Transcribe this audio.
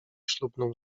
ślubną